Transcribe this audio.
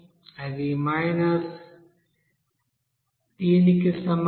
అది కి సమానం